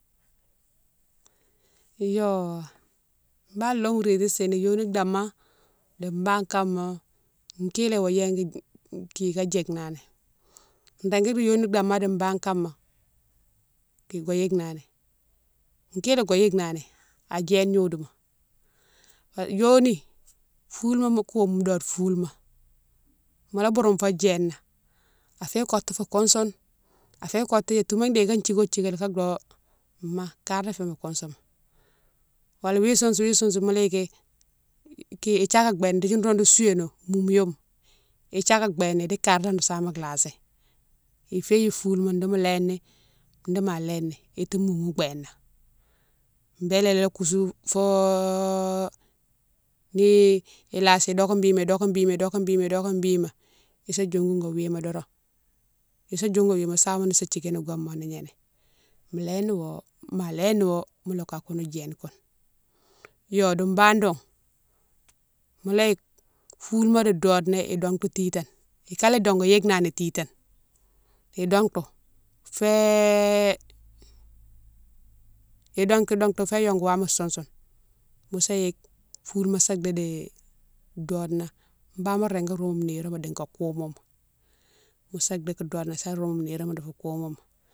Yo bane lome réti sini yoni dama di bane kama kilé iwa yingui, ki ka djike nani, régui di yoni dama di bane kama iwa yike nani, kilé iwa yike nani a djéne gnodiouma, bari yoni foulima mo koume ni dode foulima, mola bourou fo djéna afé kotou fou kousoune, afé kotou touma déne ifou djiko djikélé fo do ma kari léfé mo kousouma, wala wi sousoune- wi sousoune mola yiki ki ithiakame béne dékdi nro ro souwénone moumou yoma, idiakame béna idi kari lé nro same lasi, ifé yi foulima di mo léni di ma léni itou moumou béna bélé la kousou fo ni lasi doké bima- doké bima- doké bima- doké bima isa diongou wo wima doron, isa diongou wo wima samone nosa djikéne no goma no gnéné, mo léni wo, ma léni wo mola ka koune djéne koune. Yo di bane dou mola yike foulima di dode na idongtou titane, ikané dongou yike nani titane idongtou fé, idongtou dongtou fé yongou wame sousoune mosa yike foulima sa diti dode na bane mo régui roume nirema dika koumoma mo djike dode na sa roume niroma difou koumoma.